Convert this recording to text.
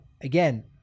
again